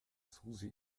susi